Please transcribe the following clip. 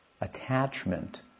Attachment